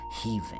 heaving